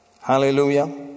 Hallelujah